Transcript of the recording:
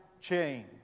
change